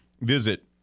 Visit